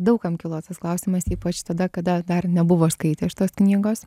daug kam kilo tas klausimas ypač tada kada dar nebuvo skaitę šitos knygos